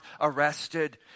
arrested